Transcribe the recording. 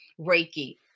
Reiki